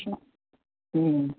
ഉം